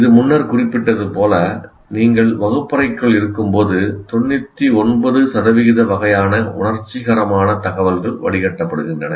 இது முன்னர் குறிப்பிட்டது போல நீங்கள் வகுப்பறைக்குள் இருக்கும்போது 99 சதவிகித வகையான உணர்ச்சிகரமான தகவல்கள் வடிகட்டப்படுகின்றன